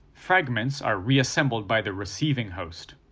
fragments are reassembled by the receiving host.